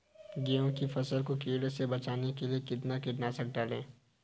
गेहूँ की फसल को कीड़ों से बचाने के लिए कितना कीटनाशक डालें?